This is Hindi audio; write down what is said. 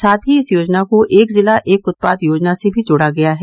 साथ ही इस योजना को एक जिला एक उत्पाद योजना से भी जोड़ा गया है